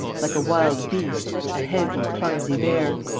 like a wild beast, a heavy, clumsy bear.